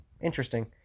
interesting